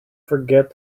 forget